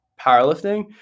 powerlifting